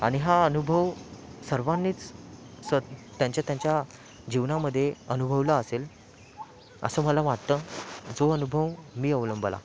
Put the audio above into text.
आणि हा अनुभव सर्वांनीच त्यांच्या त्यांच्या जीवनामध्ये अनुभवला असेल असं मला वाटतं जो अनुभव मी अवलंबला